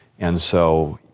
and so,